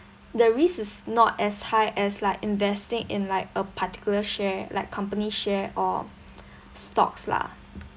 the risk is not as high as like investing in like a particular share like company share or stocks lah